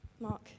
Mark